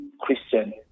Christian